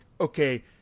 okay